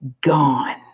gone